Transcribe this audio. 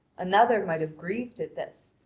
another might have grieved at this,